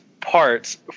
parts